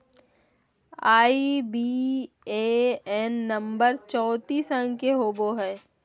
IBAN number चौतीस अंक के होवो हय